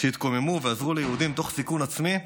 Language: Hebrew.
שהתקוממו ועזרו ליהודים תוך סיכון עצמי,